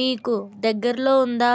మీకు దగ్గర్లో ఉందా?